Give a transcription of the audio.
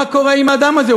מה קורה עם האדם הזה?